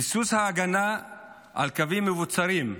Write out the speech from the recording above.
ביסוס ההגנה על קווים מבוצרים,